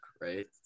right